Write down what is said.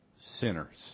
sinners